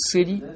City